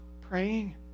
praying